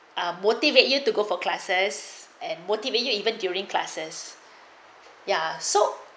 um motivate you to go for classes and motivate you even during classes ya so